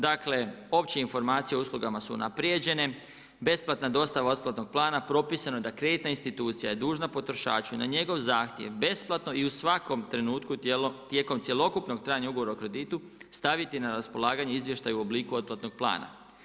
Dakle opće informacije o uslugama su unaprjeđene, besplatna dostava otplatnog plana, propisano je da kreditna institucija je dužna potrošaču na njegov zahtjev besplatno i u svakom trenutku tijekom cjelokupnog trajanja ugovora o kreditu, staviti na raspolaganje izvještaj u obliku otplatnog plana.